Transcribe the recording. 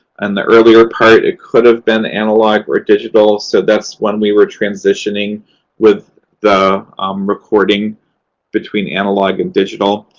and the earlier part, it could have been analog or digital. so that's when we were transitioning with the recording between analog and digital.